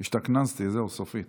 השתכנזתי, זהו, סופית.